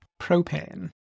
Propane